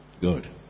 Good